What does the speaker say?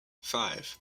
five